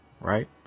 right